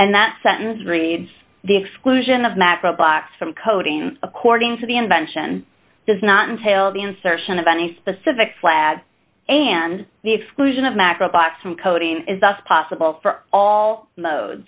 and that sentence reads the exclusion of macro blocks from coding according to the invention does not entail the insertion of any specific flags and the exclusion of macro blocks from coding is thus possible for all